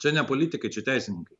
čia ne politikai čia teisininkai